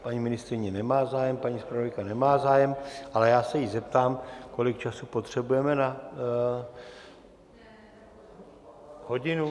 Paní ministryně nemá zájem, paní zpravodajka nemá zájem, ale já se jí zeptám, kolik času potřebujeme na... Hodinu?